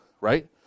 right